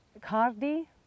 cardi